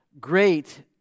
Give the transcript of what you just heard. great